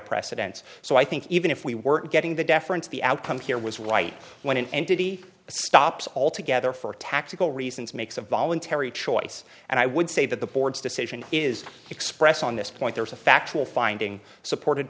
precedents so i think even if we weren't getting the deference the outcome here was right when an entity stops altogether for tactical reasons makes a voluntary choice and i would say that the board's decision is expressed on this point there is a factual finding supported